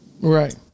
Right